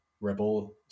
rebel